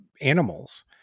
animals